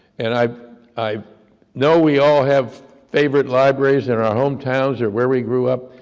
and i i know we all have favorite libraries in our hometowns, or where we grew up,